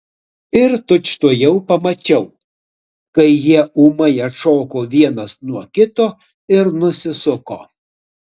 ir tučtuojau pamačiau kai jie ūmai atšoko vienas nuo kito ir nusisuko